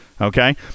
okay